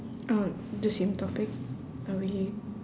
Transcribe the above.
uh the same topic are we